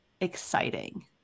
exciting